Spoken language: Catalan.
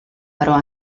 però